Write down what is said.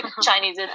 Chinese